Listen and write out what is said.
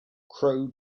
crow